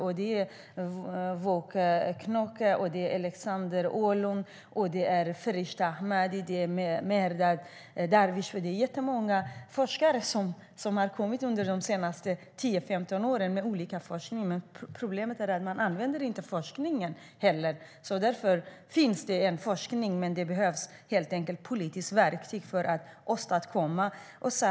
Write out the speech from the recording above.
Wuokko Knocke, Aleksandra Ålund, Fereshteh Ahmadi, Mehrdad Darvishpour och många andra har forskat i dessa frågor under de senaste 10-15 åren. Problemet är att forskningsresultaten inte används. Det finns forskning, men det behövs politiska verktyg för att åstadkomma något.